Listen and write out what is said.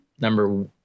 number